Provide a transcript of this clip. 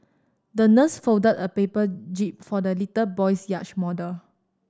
the nurse folded a paper jib for the little boy's yacht model